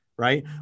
Right